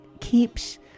keeps